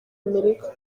amerika